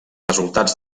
resultats